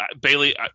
Bailey